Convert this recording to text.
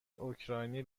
اوکراینی